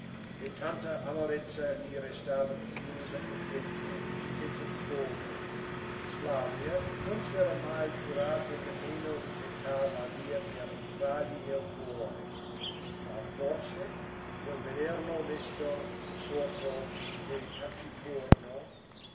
e tanta amarezza gli restava chiusa in petto senza sfogo flavia non s'era mai curata nemmeno di cercar la via per entrargli nel cuore ma forse nel vederlo mesto assorto e taciturno